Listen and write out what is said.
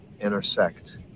intersect